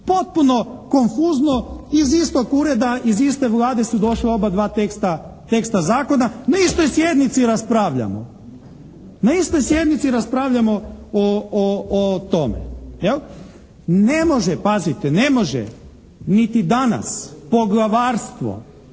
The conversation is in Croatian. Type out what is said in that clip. Potpuno konfuzno, iz istog ureda, iz iste Vlade su došla oba dva teksta zakona, na istoj sjednici raspravljamo o tome. Ne može, pazite ne može niti danas poglavarstvo